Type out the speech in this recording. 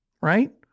right